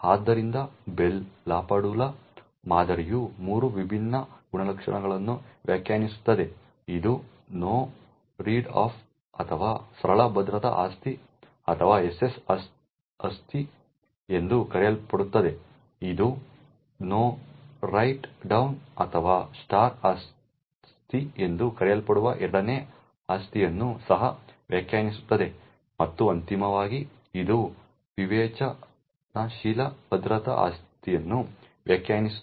ಆದ್ದರಿಂದ Bell LaPadula ಮಾದರಿಯು ಮೂರು ವಿಭಿನ್ನ ಗುಣಲಕ್ಷಣಗಳನ್ನು ವ್ಯಾಖ್ಯಾನಿಸುತ್ತದೆ ಇದು ನೋ ರೀಡ್ ಅಪ್ ಅಥವಾ ಸರಳ ಭದ್ರತಾ ಆಸ್ತಿ ಅಥವಾ SS ಆಸ್ತಿ ಎಂದೂ ಕರೆಯಲ್ಪಡುತ್ತದೆ ಇದು ನೋ ರೈಟ್ ಡೌನ್ ಅಥವಾ ಸ್ಟಾರ್ ಆಸ್ತಿ ಎಂದು ಕರೆಯಲ್ಪಡುವ ಎರಡನೇ ಆಸ್ತಿಯನ್ನು ಸಹ ವ್ಯಾಖ್ಯಾನಿಸುತ್ತದೆ ಮತ್ತು ಅಂತಿಮವಾಗಿ ಇದು ವಿವೇಚನಾಶೀಲ ಭದ್ರತಾ ಆಸ್ತಿಯನ್ನು ವ್ಯಾಖ್ಯಾನಿಸುತ್ತದೆ